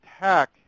attack